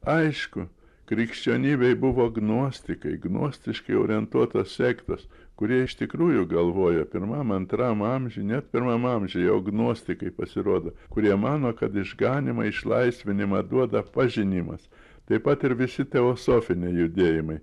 aišku krikščionybėj buvo gnostikai gnostiškai orientuotos sektos kurie iš tikrųjų galvojo pirmam antram amžiui net pirmam amžiuje agnostikai pasirodo kurie mano kad išganymą išlaisvinimą duoda pažinimas taip pat ir visi teosofiniai judėjimai